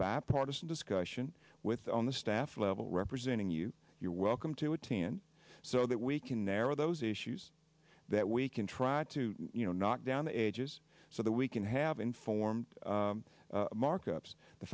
bap partisan discussion with on the staff level representing you you're welcome to attend so that we can narrow those issues that we can try to you know knock down the ages so that we can have informed markups the